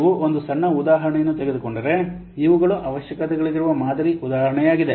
ನೀವು ಒಂದು ಸಣ್ಣ ಉದಾಹರಣೆಯನ್ನು ತೆಗೆದುಕೊಂಡರೆ ಇವುಗಳು ಅವಶ್ಯಕತೆಗಳಿರುವ ಮಾದರಿ ಉದಾಹರಣೆಯಾಗಿದೆ